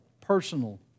personal